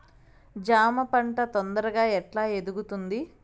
జామ పంట తొందరగా ఎట్లా ఎదుగుతుంది?